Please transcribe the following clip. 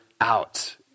out